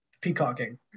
Peacocking